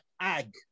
ag